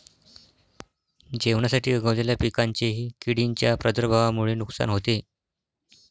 जेवणासाठी उगवलेल्या पिकांचेही किडींच्या प्रादुर्भावामुळे नुकसान होते